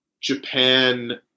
Japan